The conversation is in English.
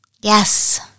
Yes